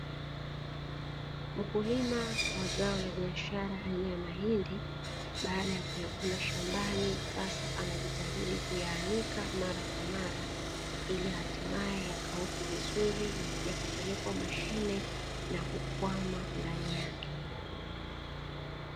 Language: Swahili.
Mkulima wa zao la biashara aina ya mahindi, baada ya kuyavuna shambani, sasa anajitahidi kuyaanika mara kwa mara ili hatimaye yakauke vizuri, yasije yakapelekwa mashine na kukwama ndani yake.